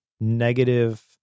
negative